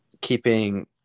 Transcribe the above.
keeping